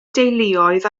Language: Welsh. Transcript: deuluoedd